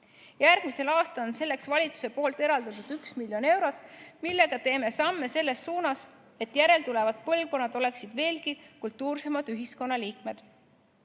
Järgmiseks aastal on valitsus eraldatud miljon eurot, millega astume samme selles suunas, et järeltulevad põlvkonnad oleksid veelgi kultuursemad ühiskonnaliikmed.